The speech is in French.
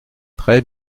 très